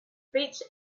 speech